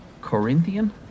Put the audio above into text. Corinthian